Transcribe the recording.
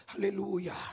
Hallelujah